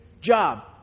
job